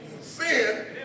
Sin